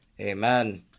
Amen